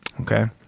Okay